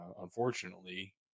Unfortunately